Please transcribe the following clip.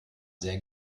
sehr